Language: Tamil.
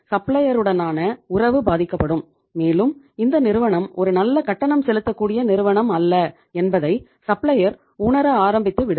சப்ளையருடனான உறவு பாதிக்கப்படும் மேலும் இந்த நிறுவனம் ஒரு நல்ல கட்டணம் செலுத்த கூடிய நிறுவனம் அல்ல என்பதை சப்ளையர் உணர ஆரம்பித்துவிடுவர்